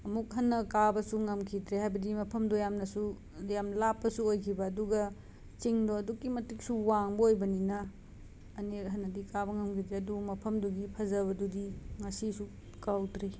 ꯑꯃꯨꯛ ꯍꯟꯅ ꯀꯥꯕꯁꯨ ꯉꯝꯈꯤꯗ꯭ꯔꯦ ꯍꯥꯏꯕꯗꯤ ꯃꯐꯝꯗꯨ ꯌꯥꯝꯅꯁꯨ ꯌꯥꯝꯅ ꯂꯥꯞꯄꯁꯨ ꯑꯣꯏꯈꯤꯕ ꯑꯗꯨꯒ ꯆꯤꯡꯗꯨ ꯑꯗꯨꯛꯀꯤ ꯃꯇꯤꯛꯁꯨ ꯋꯥꯡꯕ ꯑꯣꯏꯕꯅꯤꯅ ꯑꯅꯤꯔꯛ ꯍꯟꯅꯗꯤ ꯀꯥꯕ ꯉꯝꯈꯤꯗ꯭ꯔꯦ ꯑꯗꯨꯕꯨ ꯃꯐꯝꯗꯨꯒꯤ ꯐꯖꯕꯗꯨꯗꯤ ꯉꯁꯤꯁꯨ ꯀꯥꯎꯗ꯭ꯔꯤ